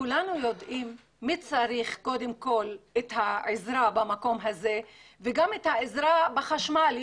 כולנו יודעים מי צריך קודם כול את העזרה במקום הזה וגם עזרה בחשמל.